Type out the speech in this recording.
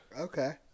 Okay